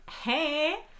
Hey